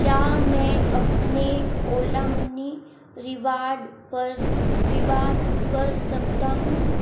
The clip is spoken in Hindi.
क्या मैं अपने ओला मनी रिवॉर्ड पर विवाद कर सकता हूँ